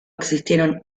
existieron